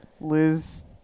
Liz